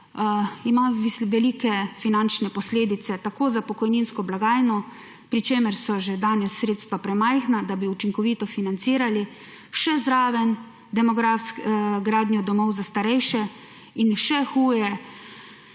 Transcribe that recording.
ima velike finančne posledice tako za pokojninsko blagajno, pri čemer so že danes sredstva premajhna, da bi učinkovito financirali zraven še gradnjo domov za starejše in, še huje,